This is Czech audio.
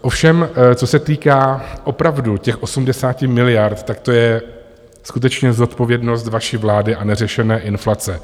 Ovšem co se týká opravdu těch 80 miliard, tak to je skutečně zodpovědnost vaší vlády a neřešené inflace.